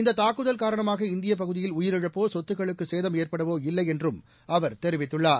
இந்ததாக்குதல் காரணமாக இந்தியபகுதியில் உயிரிழப்போ சொத்துகளுக்குசேதம் ஏற்படவோ இல்லைஎன்றும் அவர் தெரிவித்துள்ளார்